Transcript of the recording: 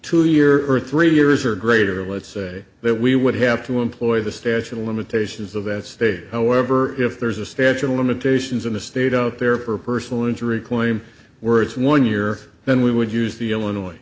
two year or three years or greater let's say that we would have to employ the statute of limitations of that state however if there's a statute of limitations in the state out there for personal injury claims were it's one year then we would use the illinois